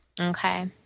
Okay